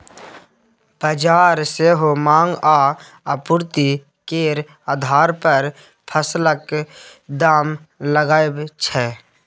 बजार सेहो माँग आ आपुर्ति केर आधार पर फसलक दाम लगाबै छै